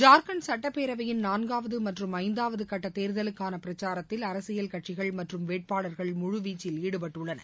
ஜார்கண்ட் சட்டப் பேரவையின் நான்காவது மற்றம் ஐந்தாவது கட்ட தேர்தலுக்கான பிரச்சாரத்தில் அரசியல் கட்சிகள் மற்றும் வேட்பாளர்கள் முழுவீச்சில் ஈடுபட்டுள்ளனர்